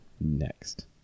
Next